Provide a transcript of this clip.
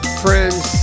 friends